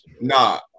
Nah